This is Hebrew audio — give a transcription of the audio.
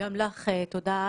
גם לך תודה,